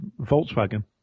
Volkswagen